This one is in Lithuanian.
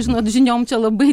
žinot žiniom čia labai